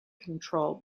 control